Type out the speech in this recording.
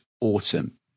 autumn